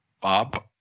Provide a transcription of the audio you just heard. Bob